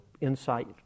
insight